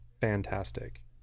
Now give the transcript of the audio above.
fantastic